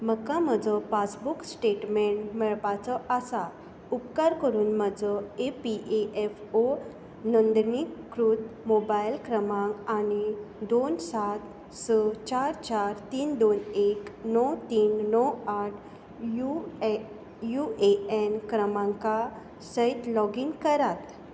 म्हका म्हजो passbook statement मळपाचो आसा उपकार करून म्हजो A P A F O नंदणी क्रृत मॉबाय्ल क्रमांक आनी दोन सात स चार चार तीन दोन एक णव तीन णव आठ U A U A N क्रमांका सैत लोग इन करात